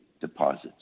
deposits